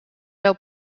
doe